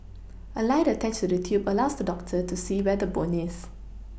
a light attached to the tube allows the doctor to see where the bone is